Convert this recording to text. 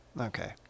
Okay